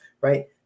right